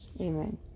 Amen